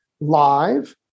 live